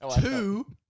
two